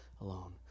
alone